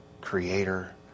creator